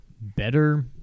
Better